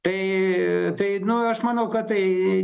tai tai nu aš manau kad tai